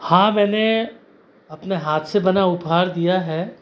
हाँ मैंने अपने हाथ से बना उपहार दिया है